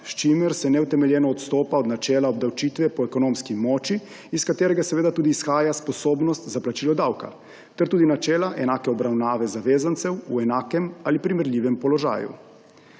s čimer se neutemeljeno odstopa od načela obdavčitve po ekonomski moči, iz katerega seveda tudi izhaja sposobnost za plačilo davka, ter tudi načela enake obravnave zavezancev v enakem ali primerljivem položaju.